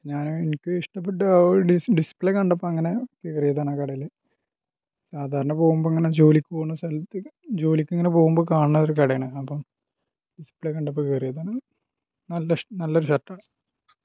ഞാൻ എനിക്ക് ഇഷ്ടപ്പെട്ട ഡിസ് ഡിസ്പ്ലേ കണ്ടപ്പോൾ അങ്ങനെ കയറിയതാണ് കടയിൽ സാധാരണ പോകുമ്പോൾ അങ്ങനെ ജോലിക്ക് പോകുന്ന സ്ഥലത്ത് ജോലിക്കിങ്ങനെ പോകുമ്പം കാണുന്ന ഒര് കടയാണ് അപ്പം ഡിസ്പ്ലേ കണ്ടപ്പം കയറിയതാണ് നല്ലിഷ് നല്ലൊരു ഷർട്ടാണ്